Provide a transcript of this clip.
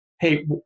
hey